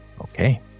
Okay